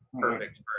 perfect